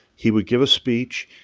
he would give a speech,